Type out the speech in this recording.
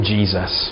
Jesus